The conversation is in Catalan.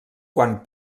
quan